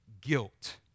guilt